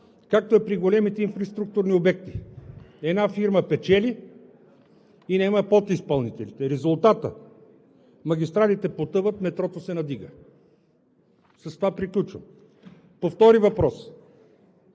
както при големите инфраструктурни обекти една фирма печели и наема подизпълнителите. Резултатът е: магистралите потъват, метрото се надига. С това приключвам. По втори въпрос